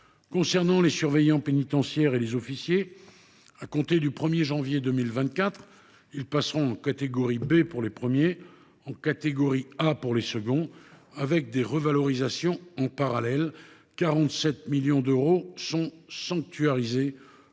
concerne les surveillants pénitentiaires et les officiers, à compter du 1 janvier 2024, ils passeront en catégorie B pour les premiers, en catégorie A pour les seconds, avec des revalorisations en parallèle. Quelque 47 millions d’euros sont sanctuarisés